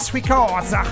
Records